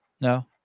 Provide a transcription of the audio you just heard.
no